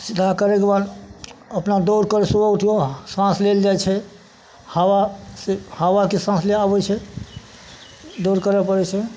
सीधा करैके बाद अपना दौड़ कर सुबह उठिऔ साँस लेल जाइ छै हवासे हवाके साँस लिए आबै छै दौड़ करै पड़ै छै